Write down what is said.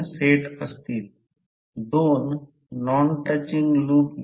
हा फ्लक्स ∅ तो टाईमनुसार बदलणारा करंट आहे आणि हा फ्लक्स आहे आणि यात N टर्न आहेत